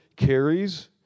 carries